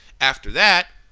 after that,